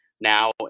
Now